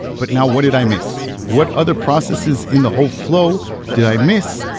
but now what did i miss? what other processes in the whole flow did i miss?